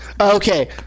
Okay